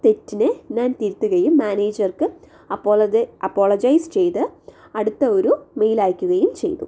തെറ്റിനെ ഞാൻ തിരുത്തുകയും മാനേജർക്ക് അപ്പോഴത് അപ്പോളജയ്സ് ചെയ്ത് അടുത്ത ഒരു മെയിൽ അയക്കുകയും ചെയ്തു